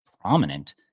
prominent